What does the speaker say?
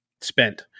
spent